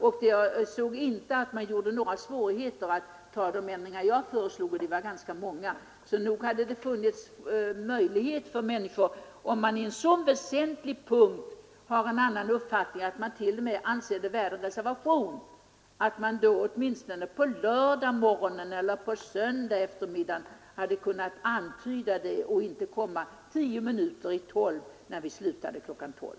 Det visade sig, som nämnts, inte föreligga några svårigheter att genomföra de ändringar jag föreslog, och de var ändå ganska många. Så nog hade det funnits möjlighet, om man på en väsentlig punkt hade en så avvikande uppfattning att man t.o.m. ansåg den värd en reservation, att åtminstone på lördag morgon eller på söndag eftermiddag antyda det och inte komma tio minuter i tolv, när vi slutade klockan tolv.